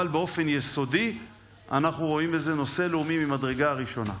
אבל באופן יסודי אנחנו רואים בזה נושא לאומי ממדרגה ראשונה.